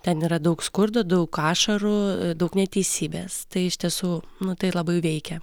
ten yra daug skurdo daug ašarų daug neteisybės tai iš tiesų nu tai labai veikia